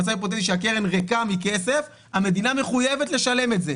מצב היפותטי שהקרן ריקה מכסף המדינה מחויבת לשלם את זה,